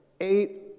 eight